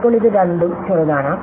ഇപ്പോൾ ഇത് രണ്ടും ചെറുതാണ്